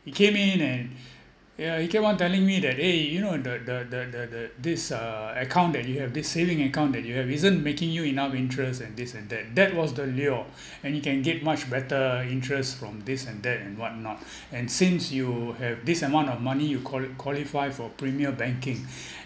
he came in and yeah he kept on telling me that eh you know the the the the this uh account that you have this saving account that you have isn't making you enough interest and this and that that was the lure and you can get much better interest from this and that and what not and since you have this amount of money you quali~ qualify for premier banking